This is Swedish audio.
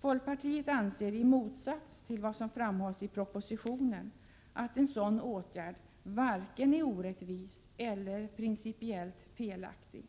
Folkpartiet anser, i motsats till vad som framhålls i propositionen, att en sådan åtgärd varken är orättvis eller principiellt felaktig.